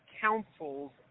councils